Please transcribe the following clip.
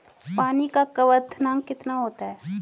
पानी का क्वथनांक कितना होता है?